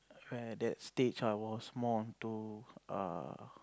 where that stage I was more onto err